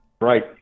right